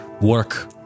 work